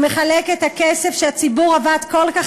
שמחלק את הכסף שהציבור עבד בשבילו כל כך